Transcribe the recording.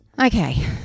Okay